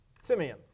Simeon